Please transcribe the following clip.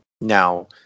Now